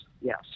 yes